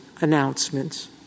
announcements